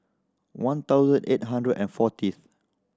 one thousand eight hundred and fortieth